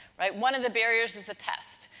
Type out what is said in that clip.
right? one of the barriers is a test.